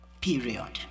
period